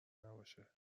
نباشه